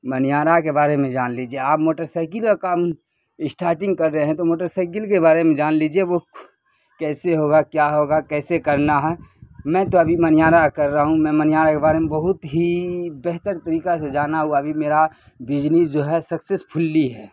منیہار کے بارے میں جان لیجیے آپ موٹر سائیکل کا کام اسٹارٹنگ کر رہے ہیں تو موٹر سائیکل کے بارے میں جان لیجیے وہ کیسے ہوگا کیا ہوگا کیسے کرنا ہے میں تو ابھی منیہار کا کر رہا ہوں میں منیہار کے بارے میں بہت ہی بہتر طریقہ سے جانا ہوا ابھی میرا بجنس جو ہے سکسیسپھلی ہے